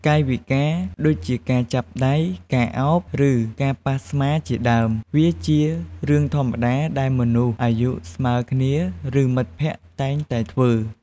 កាយវិការ ដូចជាការចាប់ដៃ ការអោប ឬ ការប៉ះស្មាជាដើម វាជារឿងធម្មតាដែលមនុស្សអាយុស្មើគ្នា ឬ មិត្តភក្តិតែងតែធ្វើ។